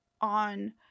on